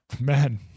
man